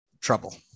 trouble